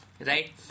Right